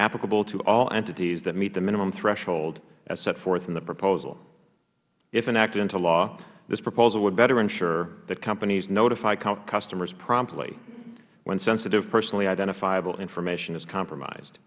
applicable to all entities that meet the minimum threshold as set forth in the proposal if enacted into law this proposal would better ensure that companies notify customers promptly when sensitive personally identifiable information is compromised